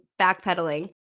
backpedaling